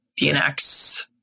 dnx